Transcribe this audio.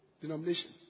denomination